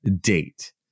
date